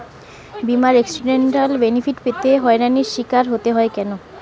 বিমার accidental benefit পেতে হয়রানির স্বীকার হতে হয় কেন?